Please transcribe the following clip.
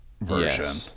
version